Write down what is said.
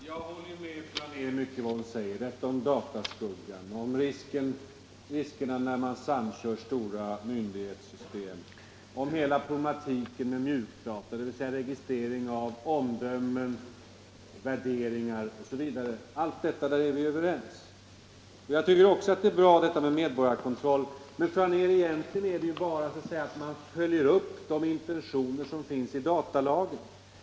Herr talman! Jag håller med fru Anér i mycket vad hon säger: om dataskuggan och om riskerna vid framkörning av stora myndighetssystem, om hela problematiken med mjukdata, dvs. registrering av omdömen, värderingar osv., om allt detta är vi överens. Jag tycker också att det är bra med medborgarkontroller. Men, fru Anér, egentligen är det ju bara så att man följer upp de intentioner som finns i datalagen!